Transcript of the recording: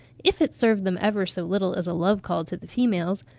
if it served them ever so little as a love-call to the females,